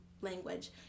language